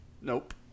Nope